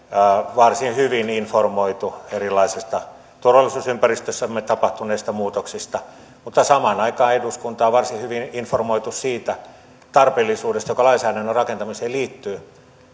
varsin hyvin informoitu erilaisista turvallisuusympäristössämme tapahtuneista muutoksista mutta samaan aikaan eduskuntaa on varsin hyvin informoitu siitä tarpeellisuudesta joka lainsäädännön rakentamiseen liittyy